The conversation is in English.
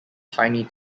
tiny